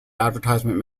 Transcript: advertisement